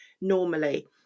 normally